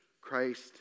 Christ